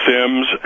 Sims